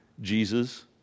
Jesus